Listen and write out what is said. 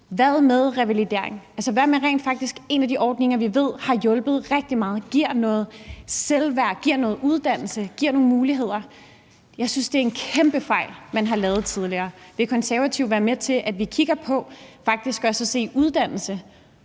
Hvad med revalidering? Altså, hvad med rent faktisk at bruge en af de ordninger, vi ved har hjulpet rigtig meget, giver noget selvværd, giver noget uddannelse, giver nogle muligheder? Jeg synes, det er en kæmpe fejl, man har lavet tidligere. Vil Konservative være med til, at vi kigger på faktisk også at se uddannelse